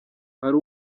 hari